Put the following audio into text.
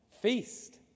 feast